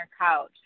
couch